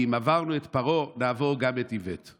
כי אם עברנו את פרעה נעבור גם את איווט.